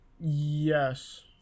Yes